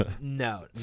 no